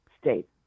state